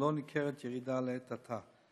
ולא ניכרת ירידה לעת עתה.